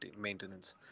Maintenance